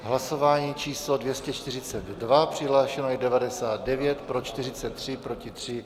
Hlasování číslo 242, přihlášeno je 99, pro 43, proti 3.